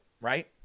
right